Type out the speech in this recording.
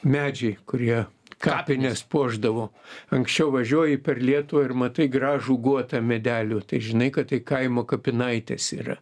medžiai kurie kapines puošdavo anksčiau važiuoji per lietuvą ir matai gražų guotą medelių tai žinai kad tai kaimo kapinaitės yra